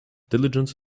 diligence